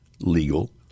legal